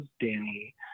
Danny